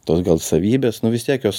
tos gal savybės nu vis tiek jos